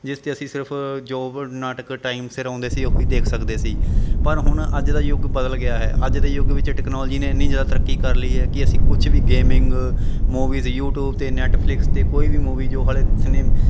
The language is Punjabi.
ਜਿਸ 'ਤੇ ਅਸੀਂ ਸਿਰਫ ਜੋ ਨਾਟਕ ਟਾਈਮ ਸਿਰ ਆਉਂਦੇ ਸੀ ਉਹੀ ਦੇਖ ਸਕਦੇ ਸੀ ਪਰ ਹੁਣ ਅੱਜ ਦਾ ਯੁੱਗ ਬਦਲ ਗਿਆ ਹੈ ਅੱਜ ਦੇ ਯੁੱਗ ਵਿੱਚ ਟੈਕਨੋਲੋਜੀ ਨੇ ਇੰਨੀ ਜ਼ਿਆਦਾ ਤਰੱਕੀ ਕਰ ਲਈ ਹੈ ਕਿ ਅਸੀਂ ਕੁਛ ਵੀ ਗੇਮਿੰਗ ਮੂਵੀਜ਼ ਯੂਟੀਊਬ 'ਤੇ ਨੈਟਫਲਿਕਸ 'ਤੇ ਕੋਈ ਵੀ ਮੂਵੀ ਜੋ ਹਾਲੇ ਸਿਨੇਮ